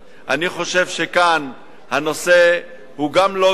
אני חושב שכאן הנושא הוא גם לוגי,